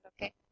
okay